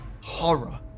horror